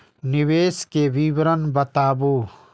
निवेश के विवरण बताबू?